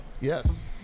Yes